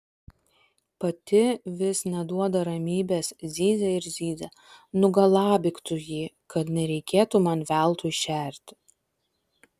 pati vis neduoda ramybės zyzia ir zyzia nugalabyk tu jį kad nereikėtų man veltui šerti